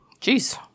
Jeez